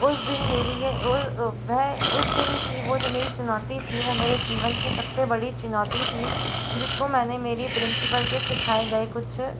उस दिन मेरी यह वह उस दिन की वह जो मेरी चुनौती थी वह मेरे जीवन की सबसे बड़ी चुनौती थी जिसको मैंने मेरी प्रिंसिपल के सिखाए गए कुछ